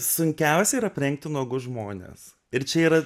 sunkiausia yra aprengti nuogus žmones ir čia yra